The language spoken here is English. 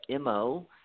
MO